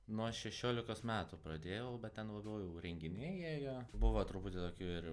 nuo šešiolikos metų pradėjau bet ten labiau jau renginiai ėjo buvo truputį tokių ir